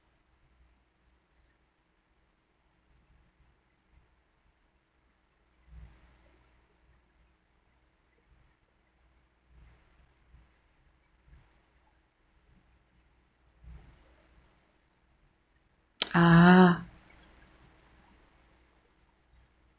ah